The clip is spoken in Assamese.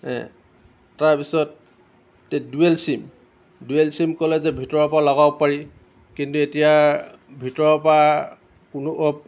তাৰপিছত ডুৱেল ছিম ডুৱেল ছিম ক'লে যে ভিতৰৰপৰা লগাব পাৰি কিন্তু এতিয়া ভিতৰৰপৰা কোনো অপ